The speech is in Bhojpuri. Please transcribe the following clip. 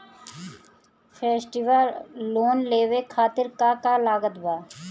फेस्टिवल लोन लेवे खातिर का का लागत बा?